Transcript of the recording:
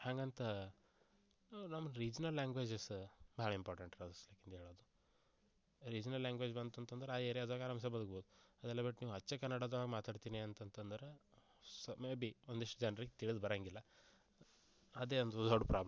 ಹಂಗಂತ ನಮ್ಮ regional languages ಭಾಳ ಇಂಪಾರ್ಟೆಂಟ್ ಅದ ಅಂತ ಹೇಳೋದು ರೀಜನಲ್ ಲ್ಯಾಂಗ್ವೇಜ್ ಬಂತು ಅಂತಂದರೆ ಆ ಏರಿಯಾದಾಗೆ ಆರಾಮ್ಸೆ ಬದುಕ್ಬಹುದು ಅದೆಲ್ಲ ಬಿಟ್ಟು ನೀವು ಅಚ್ಚ ಕನ್ನಡದ ಮಾತಾಡ್ತೀನಿ ಅಂತಂತಂದ್ರೆ ಸ ಮೇ ಬಿ ಒಂದಿಷ್ಟು ಜನ್ರಿಗೆ ತಿಳ್ದು ಬರೋಂಗಿಲ್ಲ ಅದೇ ಒಂದು ದೊಡ್ಡ ಪ್ರಾಬ್ಲಮ್ ಅದ